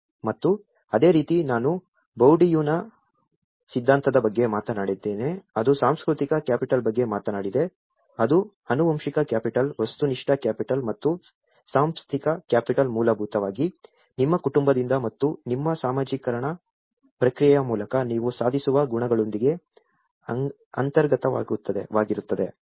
ಮತ್ತು ಅದೇ ರೀತಿ ನಾನು ಬೌರ್ಡಿಯುನ ಸಿದ್ಧಾಂತದ ಬಗ್ಗೆ ಮಾತನಾಡಿದ್ದೇನೆ ಅದು ಸಾಂಸ್ಕೃತಿಕ ಕ್ಯಾಪಿಟಲ್ ಬಗ್ಗೆ ಮಾತನಾಡಿದೆ ಅದು ಆನುವಂಶಿಕ ಕ್ಯಾಪಿಟಲ್ ವಸ್ತುನಿಷ್ಠ ಕ್ಯಾಪಿಟಲ್ ಮತ್ತು ಸಾಂಸ್ಥಿಕ ಕ್ಯಾಪಿಟಲ್ ಮೂಲಭೂತವಾಗಿ ನಿಮ್ಮ ಕುಟುಂಬದಿಂದ ಮತ್ತು ನಿಮ್ಮ ಸಾಮಾಜಿಕೀಕರಣ ಪ್ರಕ್ರಿಯೆಯ ಮೂಲಕ ನೀವು ಸಾಧಿಸುವ ಗುಣಗಳೊಂದಿಗೆ ಅಂತರ್ಗತವಾಗಿರುತ್ತದೆ